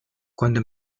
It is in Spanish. cuando